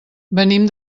venim